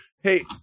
Hey